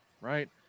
Right